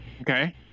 Okay